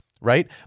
Right